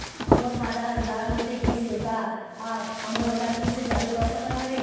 मोर खाता हर ब्लॉक होथे गिस हे, का आप हमन ओला फिर से चालू कर सकत हावे?